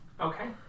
Okay